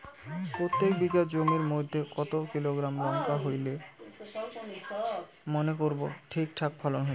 প্রত্যেক বিঘা জমির মইধ্যে কতো কিলোগ্রাম লঙ্কা হইলে মনে করব ঠিকঠাক ফলন হইছে?